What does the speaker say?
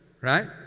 right